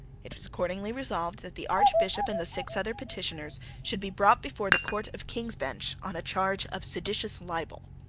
it was accordingly resolved that the archbishop and the six other petititioners should be brought before the court of king's bench on a charge of seditious libel.